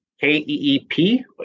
K-E-E-P